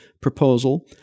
proposal